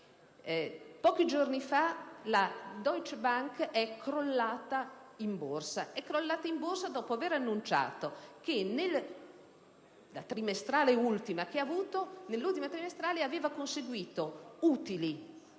Pochi giorni fa la Deutsche Bank è crollata in Borsa dopo avere annunciato che nell'ultima trimestrale aveva conseguito utili